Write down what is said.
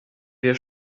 wir